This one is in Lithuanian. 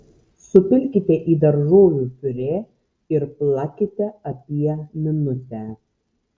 supilkite į daržovių piurė ir plakite apie minutę